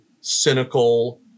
cynical